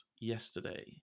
yesterday